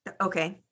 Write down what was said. Okay